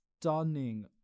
stunning